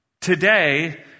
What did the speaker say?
Today